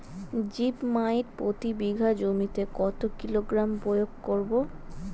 Zip মাইট প্রতি বিঘা জমিতে কত কিলোগ্রাম প্রয়োগ করব?